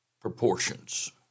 proportions